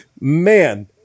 man –